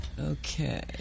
okay